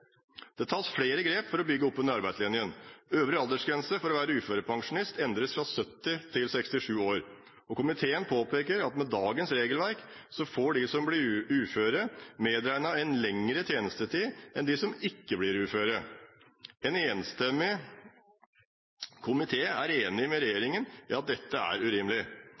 Det tas flere grep for å bygge opp under arbeidslinjen. Øvre aldersgrense for å være uførepensjonist endres fra 70 til 67 år. Komiteen påpeker at med dagens regelverk får de som blir uføre, medregnet en lengre tjenestetid enn dem som ikke blir uføre. En enstemmig komité er enig med regjeringen i at dette er urimelig.